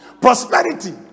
prosperity